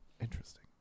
Interesting